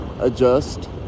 adjust